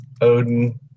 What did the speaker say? Odin